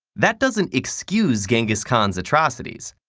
that doesn't excuse genghis khan's atrocities.